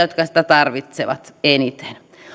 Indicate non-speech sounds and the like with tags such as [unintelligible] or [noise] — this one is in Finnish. [unintelligible] jotka sitä tarvitsevat eniten